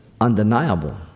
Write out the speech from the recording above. undeniable